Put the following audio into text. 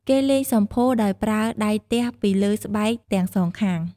គេលេងសំភោរដោយប្រើដៃទះពីលើស្បែកទាំងសងខាង។